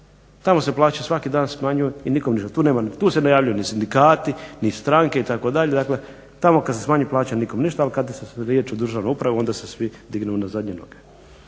Tamo se plaće svaki dan smanjuju i nikom ništa. Tu se ne javljaju ni sindikati ni stranke itd. dakle tamo kad se smanji plaća nikom ništa al kad je riječ o državnoj upravi onda se svi dignu na zadnje noge.